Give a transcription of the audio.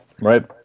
right